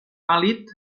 pàl·lid